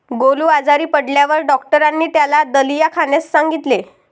गोलू आजारी पडल्यावर डॉक्टरांनी त्याला दलिया खाण्यास सांगितले